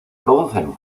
producen